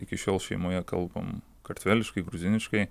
iki šiol šeimoje kalbam kartveliškai gruziniškai